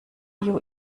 you